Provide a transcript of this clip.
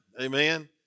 amen